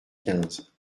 quinze